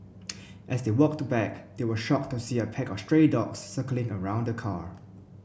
as they walked back they were shocked to see a pack of stray dogs circling around the car